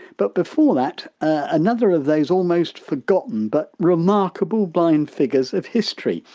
but before that, another of those almost forgotten but remarkable blind figures of history,